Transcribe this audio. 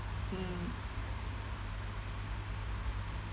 mm